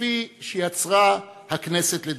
כפי שיצרה הכנסת לדורותיה.